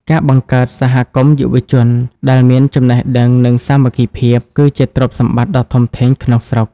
ការបង្កើត "សហគមន៍យុវជន" ដែលមានចំណេះដឹង និងសាមគ្គីភាព គឺជាទ្រព្យសម្បត្តិដ៏ធំធេងក្នុងស្រុក។